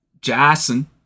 Jason